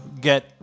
get